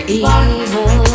evil